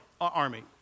army